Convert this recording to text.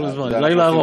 יש לנו זמן, לילה ארוך.